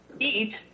eat